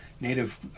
native